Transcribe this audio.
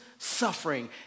Suffering